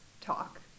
talk